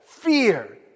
Fear